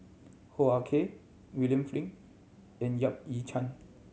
Hoo Ah Kay William Flint and Yap Ee Chian